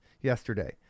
yesterday